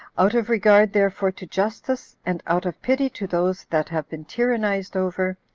out of regard therefore to justice, and out of pity to those that have been tyrannized over,